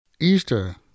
Easter